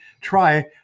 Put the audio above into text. try